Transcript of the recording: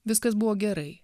viskas buvo gerai